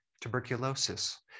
tuberculosis